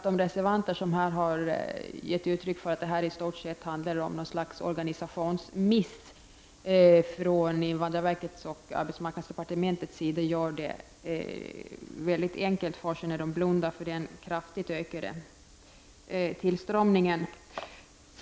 De reservanter som har gett uttryck för att detta i stort sett handlar om ett slags organisationsmiss från invandraverkets och arbetsdepartementets sida gör det väldigt enkelt för sig när de blundar för den kraftigt ökade tillströmningen.